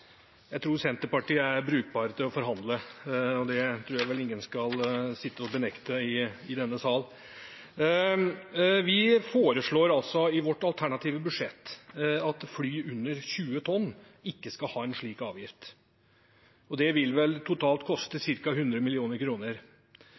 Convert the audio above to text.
Jeg tror Senterpartiet er brukbare til å forhandle. Det tror jeg ingen i denne sal skal benekte. Vi foreslår i vårt alternative budsjett at fly under 20 tonn ikke skal ha en slik avgift. Det vil totalt koste